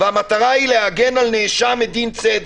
המטרה היא להגן על נאשם מדין צדק.